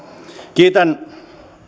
kiitän